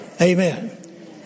Amen